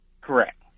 Correct